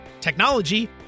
technology